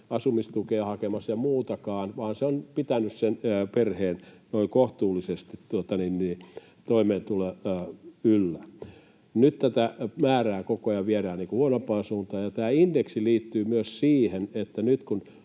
asumistukea hakemassa tai muutakaan, vaan se on pitänyt kohtuullisesti perheen toimeentuloa yllä, niin nyt tätä määrää koko ajan viedään huonompaan suuntaan. Ja tämä indeksi liittyy myös siihen, että nyt kun